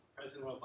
President